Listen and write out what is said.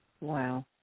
Wow